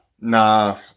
Nah